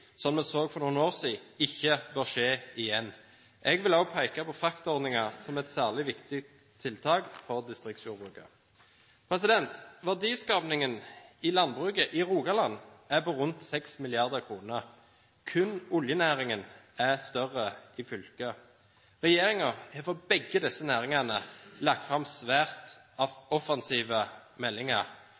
så for noen år siden, ikke må skje igjen. Jeg vil også peke på fraktordninger som et særlig viktig tiltak for distriktsjordbruket. Verdiskapingen i landbruket i Rogaland er på rundt 6 mrd. kr. Kun oljenæringen er større i fylket. Regjeringen har for begge disse næringene lagt fram svært offensive meldinger.